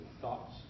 thoughts